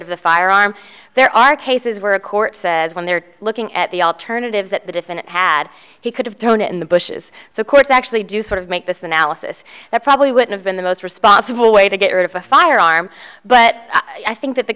of the firearm there are cases where a court says when they're looking at the alternatives that the defendant had he could have thrown in the bushes so courts actually do sort of make this analysis that probably would have been the most responsible way to get rid of a firearm but i think that